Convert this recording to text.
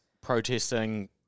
protesting